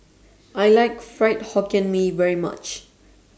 I like Fried Hokkien Mee very much